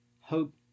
hope